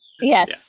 yes